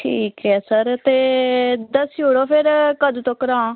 ठीक ऐ सर ते दस्सी ओड़ो फिर कदूं तकर आं